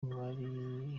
muri